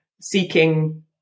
seeking